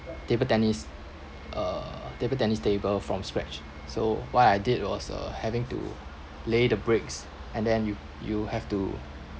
table tennis uh table tennis table from scratch so what I did was uh helping to lay the bricks and then you you have to